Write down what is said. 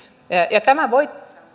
tämä voi